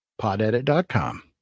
Podedit.com